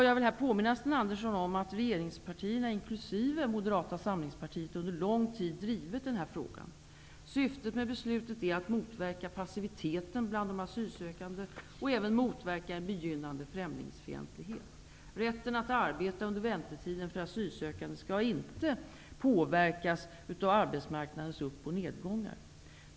Jag vill här påminna Moderata samlingspartiet, under lång tid drivit denna fråga. Syftet med beslutet är att motverka passiviteten bland de asylsökande och även att motverka en begynnande främlingsfientlighet. Rätten för asylsökande att arbeta under väntetiden skall inte påverkas av arbetsmarknadens upp och nedgångar.